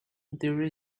there